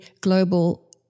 Global